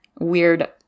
weird